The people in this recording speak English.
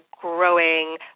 growing